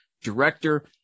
Director